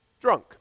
drunk